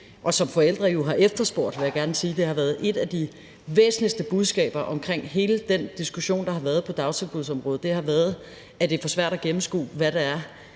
hvilket forældre jo har efterspurgt, vil jeg gerne sige – været et af de væsentligste budskaber omkring hele den diskussion, der har været på dagtilbudsområdet, da det er for svært at gennemskue, hvilke